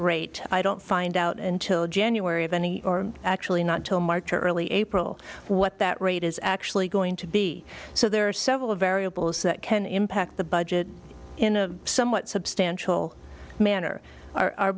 rate i don't find out until january of any or actually not till march early april what that rate is actually going to be so there are several variables that can impact the budget in a somewhat substantial manner